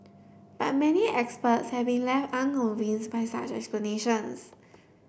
but many experts have been left unconvinced by such explanations